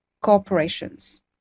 corporations